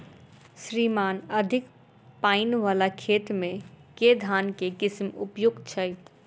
श्रीमान अधिक पानि वला खेत मे केँ धान केँ किसिम उपयुक्त छैय?